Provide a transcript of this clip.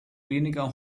weniger